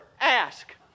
ask